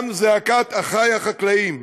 גם זעקת אחי החקלאים,